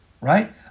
right